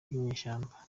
n’inyeshyamba